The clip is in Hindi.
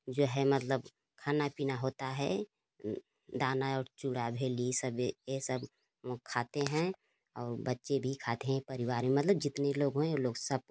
जो है मतलब खाना पीना होता है दाना और चूडा भेली सब यह सब खाते हैं और बच्चे भी खाते हैं परिवार में मतलब जितने लोग हैं वे लोग सब